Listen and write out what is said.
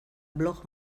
blog